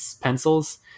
pencils